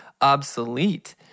obsolete